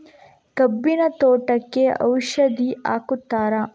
ಕಬ್ಬಿನ ತೋಟಕ್ಕೆ ಔಷಧಿ ಹಾಕುತ್ತಾರಾ?